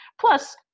Plus